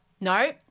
No